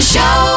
Show